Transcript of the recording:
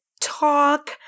talk